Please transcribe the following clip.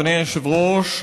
אדוני היושב-ראש,